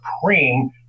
supreme